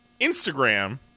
Instagram